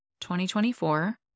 2024